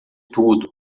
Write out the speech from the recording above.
tudo